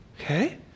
Okay